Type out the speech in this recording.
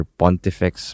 pontifex